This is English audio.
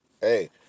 hey